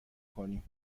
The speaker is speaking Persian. کنیم